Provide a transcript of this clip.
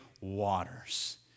waters